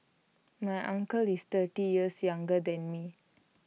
my uncle is thirty years younger than me